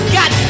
Got